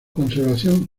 conservación